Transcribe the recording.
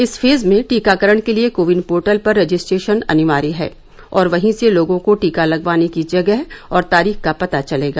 इस फेज में टीकाकरण के लिए कोविन पोर्टल पर रजिस्ट्रेशन अनिवार्य है और वहीं से लोगों को टीका लगवाने की जगह और तारीख का पता चलेगा